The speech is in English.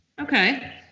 Okay